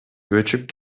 көчүп